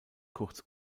kurz